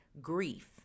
grief